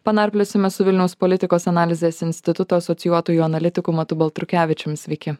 panarpliosime su vilniaus politikos analizės instituto asocijuotųjų analitiku matu baltrukevičium sveiki